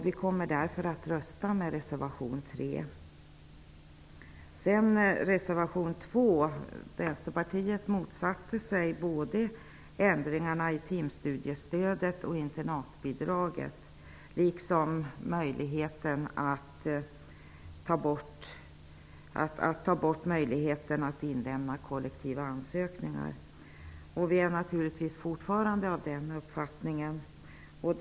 Vi kommer därför att rösta för reservation 3. Några ord om reservation 2. Vänsterpartiet motsatte sig både ändringarna i timstudiestödet och internatbidraget, liksom borttagandet av möjligheten att inlämna kollektiva ansökningar. Vi är naturligtvis fortfarande av den uppfattningen.